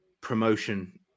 promotion